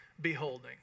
beholding